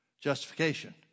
justification